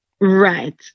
Right